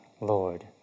Lord